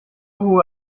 hohe